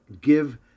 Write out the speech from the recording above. give